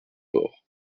porc